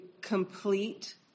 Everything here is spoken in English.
complete